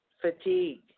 fatigue